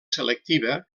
selectiva